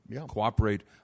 cooperate